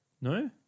No